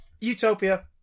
Utopia